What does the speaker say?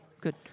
Good